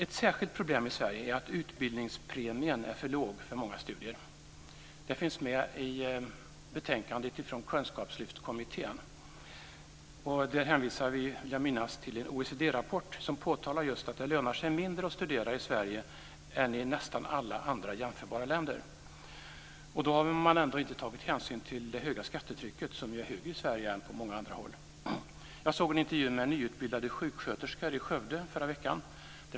Ett särskilt problem i Sverige är att utbildningspremien är för låg för många studier. Det finns med i betänkandet från Kunskapslyftskommittén. Där vill jag minnas att vi hänvisar till en OECD rapport som påtalar just att det lönar sig mindre att studera i Sverige än i nästan alla andra jämförbara länder. Då har man ändå inte tagit hänsyn till det höga skattetrycket, som ju är högre i Sverige än på många andra håll. Jag såg en intervju med nyutbildade sjuksköterskor i Skövde förra veckan.